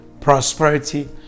prosperity